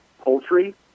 Poultry